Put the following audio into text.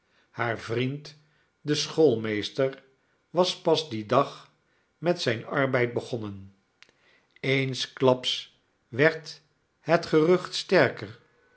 haar vriend de schoolmeester was pas dien dag met zijn het ondebwus van den vrijgezel arbeid begonnen eensklaps werd het gerucht sterker